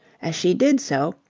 as she did so,